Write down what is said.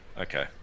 Okay